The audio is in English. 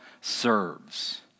serves